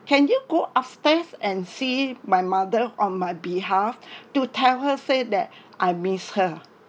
can you go upstairs and see my mother on my behalf to tell her say that I miss her